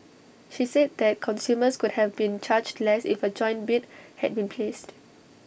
she said that consumers could have been charged less if A joint bid had been placed